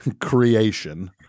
creation